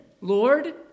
Lord